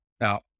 now